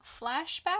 flashback